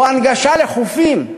או הנגשה של חופים,